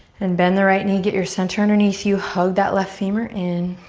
and bend the right knee, get your center underneath you. hug that left femur in.